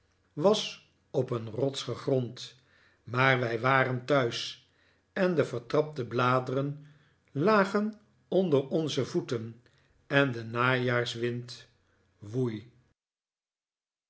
was op een rots gegrond maar wij waren thuis en de vertrapte bladeren lagen onder onze voeten en de najaarswind woei